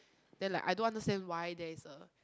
then like I don't understand why there is a